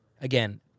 again